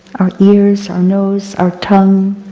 our ears, our nose, our tongue,